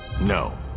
No